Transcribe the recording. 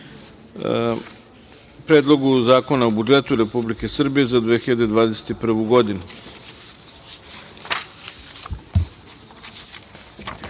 Predlogu zakona o budžetu Republike Srbije za 2021.